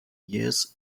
years